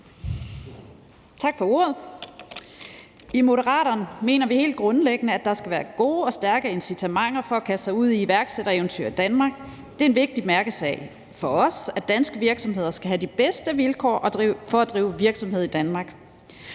I Moderaterne mener vi helt grundlæggende, at der skal være gode og stærke incitamenter for at kaste sig ud i et iværksættereventyr i Danmark. Det er en vigtig mærkesag for os, at danske virksomheder skal have de bedste vilkår for at drive virksomhed i Danmark.